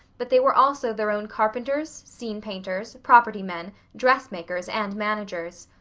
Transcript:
but they were also their own carpenters, scene-painters, property-men, dress-makers, and managers.